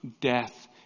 death